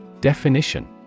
Definition